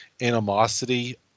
animosity